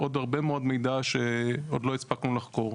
ועוד הרבה מאוד מידע שעוד לא הספקנו לחקור.